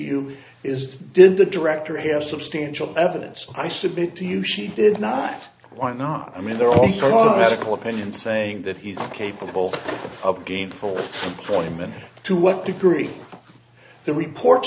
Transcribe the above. you is did the director have substantial evidence i submit to you she did not why not i mean they're all caracol opinion saying that he's capable of gainful employment to what degree the reports